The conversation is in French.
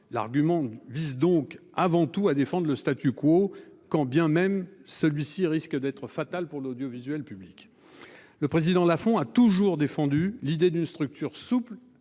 L'argument vise donc avant tout à défendre le statu quo, quand bien même celui-ci risque d'être fatal pour l'audiovisuel public. Le président font a toujours défendu l'idée d'une structure souple